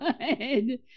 good